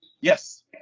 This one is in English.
Yes